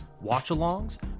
watch-alongs